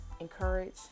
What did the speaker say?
encourage